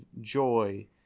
joy